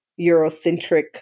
Eurocentric